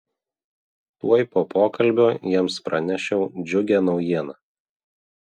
tuoj po pokalbio jiems pranešiau džiugią naujieną